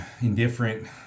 indifferent